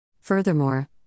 Furthermore